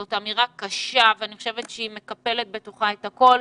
זו אמירה קשה שמקפלת בתוכה את הכול.